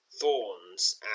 thorns